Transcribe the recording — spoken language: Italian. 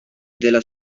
della